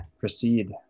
proceed